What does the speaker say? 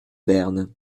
berne